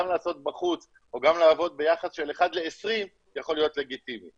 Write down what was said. לעשות בחוץ או גם לעבוד ביחס של אחד ל-20 יכול להיות לגיטימי.